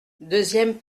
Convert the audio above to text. deuxième